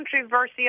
controversy